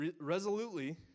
resolutely